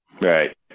Right